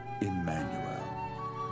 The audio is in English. Emmanuel